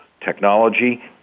technology